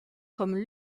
comme